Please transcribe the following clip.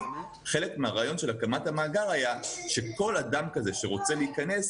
חלק מהרעיון של הקמת המאגר היה שכל אדם כזה שרוצה להיכנס,